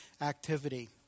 activity